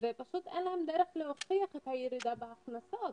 ופשוט אין להן דרך להוכיח את הירידה בהכנסות.